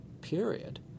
period